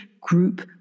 group